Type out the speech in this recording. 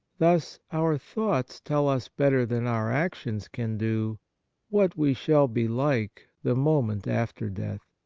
thus, our thoughts tell us better than our actions can do what we shall be like the moment after death.